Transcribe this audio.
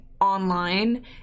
online